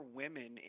women